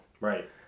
Right